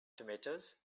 tomatoes